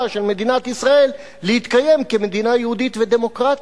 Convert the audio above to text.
של מדינת ישראל להתקיים כמדינה יהודית ודמוקרטית.